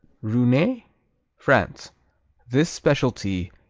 rouennais france this specialty,